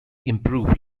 improve